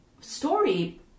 story